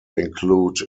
include